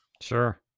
Sure